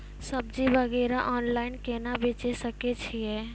सब्जी वगैरह ऑनलाइन केना बेचे सकय छियै?